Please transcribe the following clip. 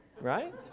right